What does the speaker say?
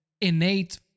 innate